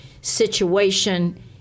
situation